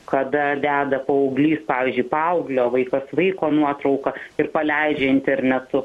kada deda paauglys pavyzdžiui paauglio vaikas vaiko nuotrauką ir paleidžia internetu